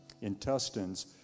intestines